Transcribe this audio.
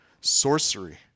Sorcery